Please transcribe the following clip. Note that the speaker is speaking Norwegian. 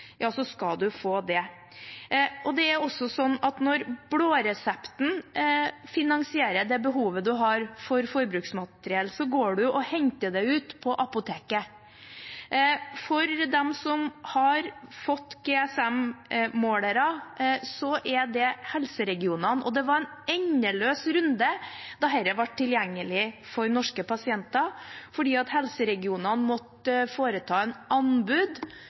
ja, så skal man få det. Og når den blå resepten finansierer det behovet man har for forbruksmateriell, går man og henter det ut på apoteket. For dem som har fått CGM-målere, er det helseregionene. Det var en endeløs runde da dette ble tilgjengelig for norske pasienter, fordi helseregionene måtte foreta et anbud